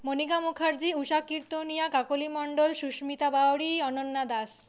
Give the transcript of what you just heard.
Manika Mukherjee Usha Kirtania Kakoli Mondal Susmita Bauri Ananya Das